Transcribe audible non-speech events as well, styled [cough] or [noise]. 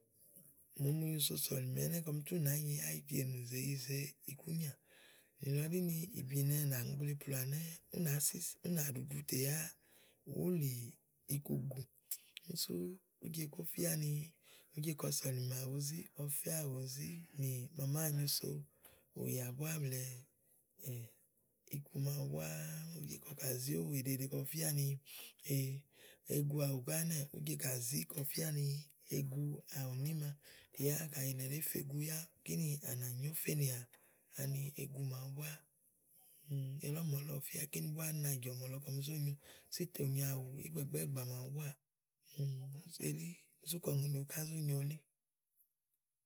Áwù màa omo nyo so sɔ̀lìmè ɛnɛ́ kɔm tú nàányi áyiti ènù zèe yize ikúnyà nìlɔ ɖíni ìbìnɛ nàmi gble plià ɛnɛ́ ú nàá sisà, ú nà ɖuɖu tè yá ùú wulì ikugù. úni sú ùú je kó fíaní ùú je kɔ sɔ̀lìmè àwù u zì kɔ ɔfɛ́ àwù u zì nì màa à màá anyo so ùyà búá blɛ̀ɛ [hesitation] egu màawu búá kɔ kà zíówò ìɖe ìɖe kɔ bu fía ni [hesitation] egu àwù ká ɛnɛ́ɛ̀, ùú je kà zí kɔ bu fía ni egu àwù níma yá kàɖi nì àyilɛ ɖèé fe egu yá kínì à nà nyó fènìà, ani egu màawu búá. [hesitation] Elí ɔ̀mɔ̀lɔ fíà kéni búá ɛɖí na jɔɔmi lɔ kɔ bu zó nyo sú ì tò nyo áwù ígbàgbàágbà màawu búáà [hesitation] sú elí sú kɔ ùŋonì wèe ká zó nyo elí.